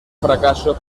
fracaso